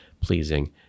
pleasing